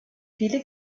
viele